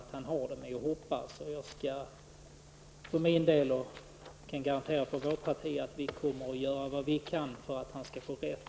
För min och för vårt partis del kan jag garantera att vi kommer att göra vad vi kan för att Ivar Franzén skall få rätt.